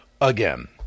again